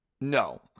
No